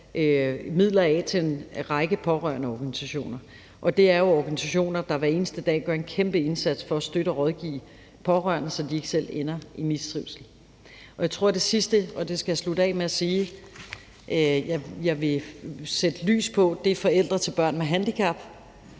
midler af til en række pårørendeorganisationer. Det er jo organisationer, der hver eneste dag gør en kæmpe indsats for at støtte og rådgive pårørende, så de ikke selv ender i mistrivsel. Kl. 14:37 Jeg tror, at det sidste, og det skal jeg slutte af med at sige, jeg vil sætte lys på, er forældre til børn med handicap.